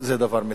זה דבר מתועב.